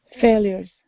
failures